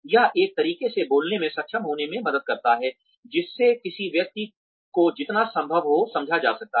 यह एक तरीके से बोलने में सक्षम होने में मदद करता है जिससे किसी व्यक्ति को जितना संभव हो समझा जा सकता है